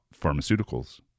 pharmaceuticals